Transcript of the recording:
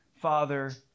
Father